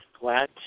glad